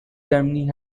germany